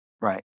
Right